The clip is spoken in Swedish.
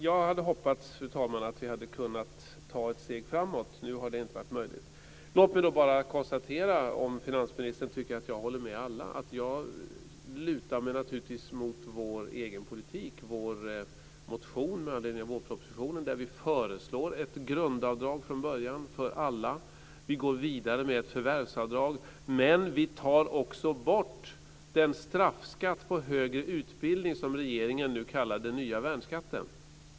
Jag hade hoppats, fru talman, att vi hade kunnat ta ett steg framåt. Nu har det inte varit möjligt. Låt mig då bara konstatera, om finansministern tycker att jag håller med alla, att jag naturligtvis lutar mig mot vår egen politik, vår motion med anledning av vårpropositionen, där vi föreslår ett grundavdrag från början för alla. Vi går vidare med ett förvärvsavdrag. Men vi tar också bort den straffskatt på högre utbildning som regeringen nu kallar den nya värnskatten.